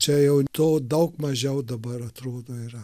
čia jau to daug mažiau dabar atrodo yra